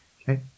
Okay